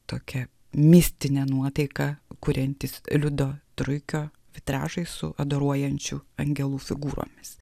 tokią mistinę nuotaiką kuriantys liudo truikio vitražai su adoruojančių angelų figūromis